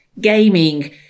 gaming